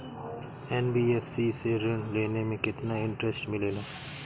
NBFC से ऋण लेने पर केतना इंटरेस्ट मिलेला?